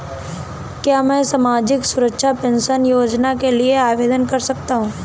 क्या मैं सामाजिक सुरक्षा पेंशन योजना के लिए आवेदन कर सकता हूँ?